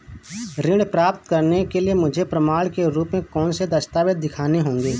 ऋण प्राप्त करने के लिए मुझे प्रमाण के रूप में कौन से दस्तावेज़ दिखाने होंगे?